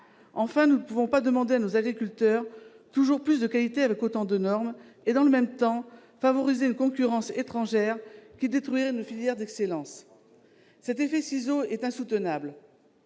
santé ? Nous ne pouvons pas exiger de nos agriculteurs toujours plus de qualité en leur imposant autant de normes et, dans le même temps, favoriser une concurrence étrangère qui détruirait notre filière d'excellence. Cet effet de ciseaux est insoutenable.